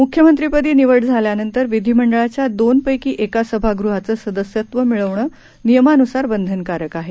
मुख्यमंत्रीपदी निवड झाल्यानंतर विधिमंडळाच्या दोन पैकी एका सभागृहाचं सदस्यत्व मिळवणं नियमानुसार बंधनकारक आहे